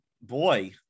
Boy